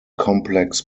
complex